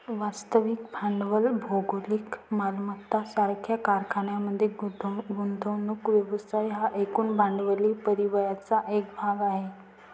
वास्तविक भांडवल भौतिक मालमत्ता सारख्या कारखान्यांमध्ये गुंतवणूक व्यवसाय हा एकूण भांडवली परिव्ययाचा एक भाग आहे